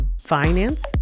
finance